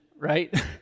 right